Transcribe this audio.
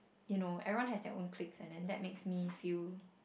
you know everyone has their own cliques and then that makes me feel